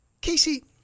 Casey